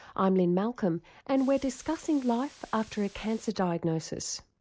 i'm lynne malcolm and we're discussing life after a cancer diagnosis.